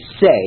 say